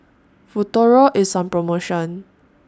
Futuro IS on promotion